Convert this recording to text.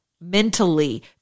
mentally